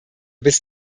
bis